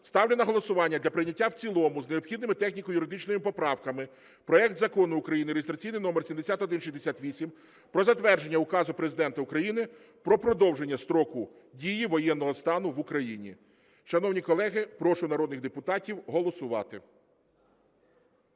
Ставлю на голосування для прийняття в цілому з необхідними техніко-юридичними поправками проект Закону України (реєстраційний номер 7168) про затвердження Указу Президента України "Про продовження строку дії воєнного стану в Україні". Шановні колеги, прошу народних депутатів голосувати.